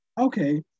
okay